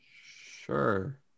Sure